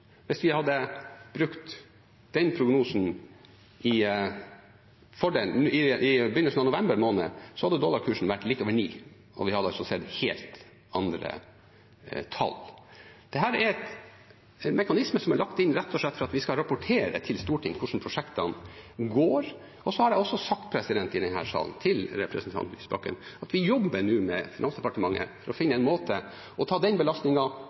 vært litt over 9, og vi hadde altså sett helt andre tall. Dette er en mekanisme som er lagt inn rett og slett for at vi skal rapportere til Stortinget hvordan prosjektene går. Jeg har også sagt i denne salen til representanten Lysbakken at vi nå jobber med Finansdepartementet for å finne en måte å ta den